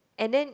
and then